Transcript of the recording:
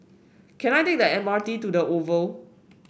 can I take the M R T to the Oval